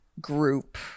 group